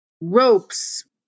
ropes